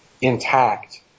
intact